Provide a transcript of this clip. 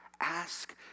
ask